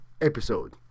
episode